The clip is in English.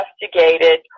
investigated